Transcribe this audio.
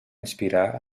inspirar